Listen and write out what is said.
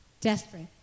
Desperate